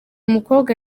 mukobwa